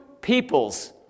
peoples